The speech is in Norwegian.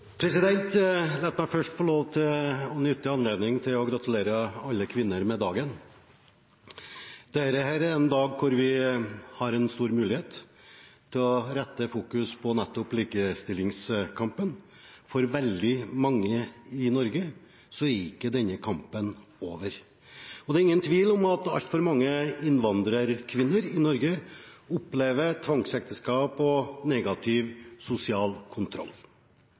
meg først få lov til å benytte anledningen til å gratulere alle kvinner med dagen. Dette er en dag der vi har en stor mulighet til å fokusere på nettopp likestillingskampen. For veldig mange i Norge er ikke denne kampen over, og det er ingen tvil om at altfor mange innvandrerkvinner i Norge opplever tvangsekteskap og negativ sosial kontroll.